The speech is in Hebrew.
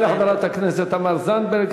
תודה לחברת הכנסת תמר זנדברג.